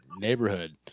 neighborhood